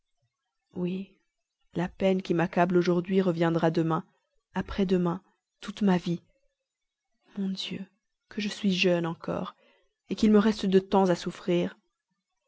oui la peine qui m'accable aujourd'hui reviendra demain après-demain toute ma vie mon dieu que je suis jeune encore qu'il me reste de temps à souffrir